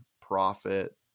profit